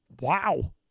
Wow